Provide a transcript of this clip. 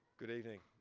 good evening